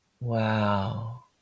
Wow